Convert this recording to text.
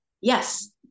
yes